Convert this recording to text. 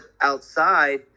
outside